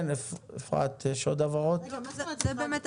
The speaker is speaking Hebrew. למה אנחנו צריכים את